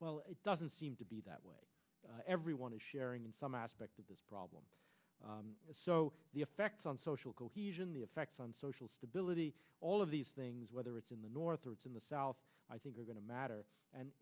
well it doesn't seem to be that way everyone is sharing in some aspect of this problem so the effects on social cohesion the effects on social stability all of these things whether it's in the north or it's in the south i think are going to matter and